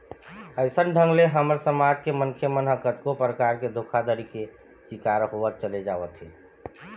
अइसन ढंग ले हमर समाज के मनखे मन ह कतको परकार ले धोखाघड़ी के शिकार होवत चले जावत हे